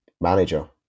manager